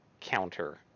counter